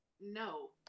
no